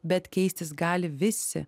bet keistis gali visi